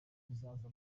bizaca